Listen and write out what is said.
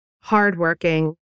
hardworking